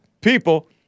people